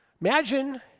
Imagine